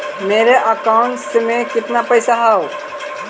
मेरा अकाउंटस में कितना पैसा हउ?